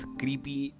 creepy